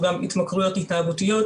הוא גם התמכרויות התנהגותיות,